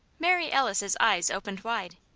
mary alice's eyes opened wide.